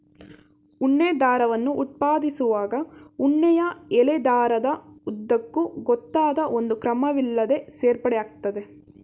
ಉಣ್ಣೆ ದಾರವನ್ನು ಉತ್ಪಾದಿಸುವಾಗ ಉಣ್ಣೆಯ ಎಳೆ ದಾರದ ಉದ್ದಕ್ಕೂ ಗೊತ್ತಾದ ಒಂದು ಕ್ರಮವಿಲ್ಲದೇ ಸೇರ್ಪಡೆ ಆಗ್ತದೆ